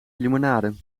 limonade